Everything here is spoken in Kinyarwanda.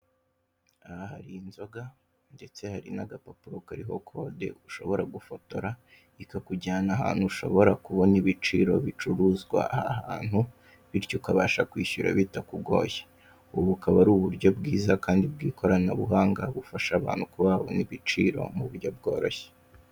Aha hari inzoga ndetse hari n'agapapuro kariho code ushobora gufotora ikakujyana ahantu ushobora kubona ibiciro bicuruzwa aha hantu bityo ukabasha kwishyura bitakugoye, ubu bukaba ari uburyo bwiza kandi bw'ikoranabuhanga bufasha abantu kuba babona ibiciro mu buryo bworoshye.